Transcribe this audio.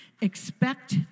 Expect